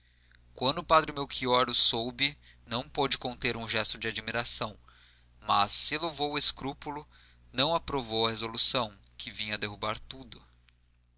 quando o padre melchior o soube não pôde conter um gesto de admiração mas se louvou o escrúpulo não aprovou a resolução que vinha derrubar tudo